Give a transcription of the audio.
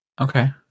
Okay